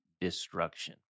destruction